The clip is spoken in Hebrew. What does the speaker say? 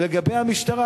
לגבי המשטרה,